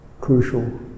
crucial